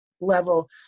level